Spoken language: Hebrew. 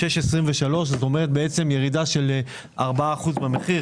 עולה 6.23. בעצם זו ירידה של 4% מהמחיר.